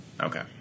Okay